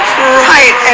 right